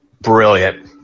brilliant